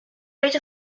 rate